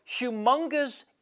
humongous